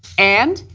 and?